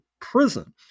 prison